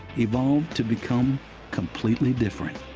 evolved to become completely different.